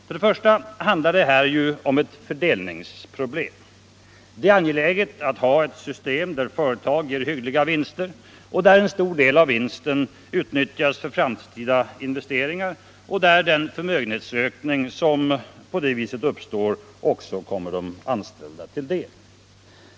För det första handlar det här om ett fördelningsproblem. Det är angeläget att ha ett system där företag ger hyggliga vinster, där en stor del av vinsten utnyttjas för framtida investeringar och där den förmögenhetsökning som på det viset uppstår också kommer de anställda till del.